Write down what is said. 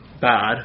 bad